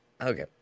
Okay